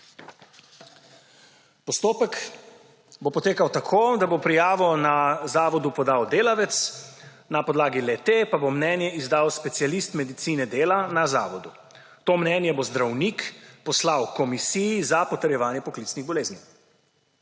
Postopek bo potekal tako, da bo prijavo na zavod podal delavec, na podlagi le-te pa bo mnenje izdal specialist medicine dela na zavodu. To mnenje bo zdravnik poslal komisiji za potrjevanje poklicnih bolezni.